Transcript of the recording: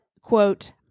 quote